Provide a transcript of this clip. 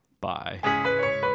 bye